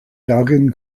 darin